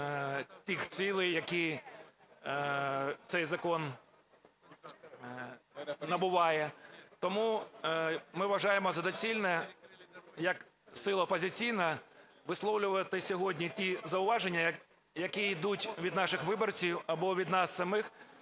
тих цілей, яких цей закон набуває. Тому ми вважаємо за доцільне як сила опозиційна висловлювати сьогодні ті зауваження, які йдуть від наших виборців або він нас самих,